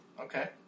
Okay